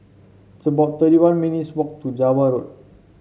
it's about thirty one minutes' walk to Java Road